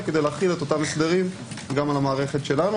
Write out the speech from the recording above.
כדי להחיל אותם הסדרים גם על המערכת שלנו.